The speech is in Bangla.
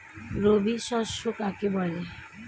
রবি শস্য কাকে বলে?